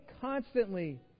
constantly